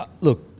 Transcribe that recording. look